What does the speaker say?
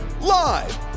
Live